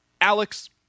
Alex